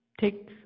take